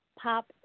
Pop